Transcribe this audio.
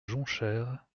jonchère